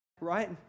Right